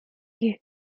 you